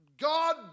God